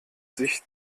sich